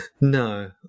No